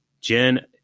Jen